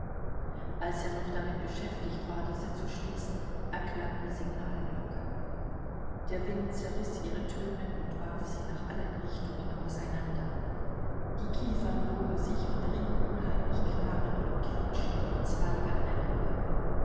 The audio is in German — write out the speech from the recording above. als er noch damit beschäftigt war diese zu schließen erklang die signalglocke der wind zerriß ihre töne und warf sie nach allen richtungen auseinander die kiefern bogen sich und rieben unheimlich knarrend und quietschend ihre zweige